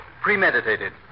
Premeditated